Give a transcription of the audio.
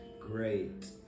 great